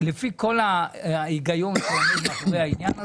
לפי כל ההיגיון שעומד מאחורי העניין הזה,